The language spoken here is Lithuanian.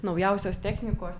naujausios technikos